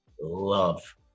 love